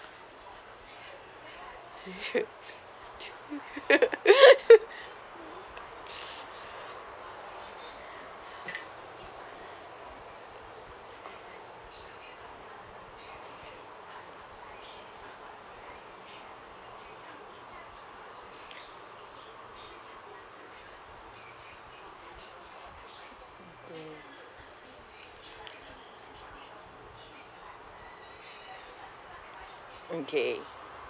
okay